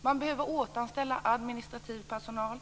Man behöver återanställa administrativ personal.